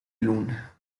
luna